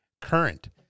current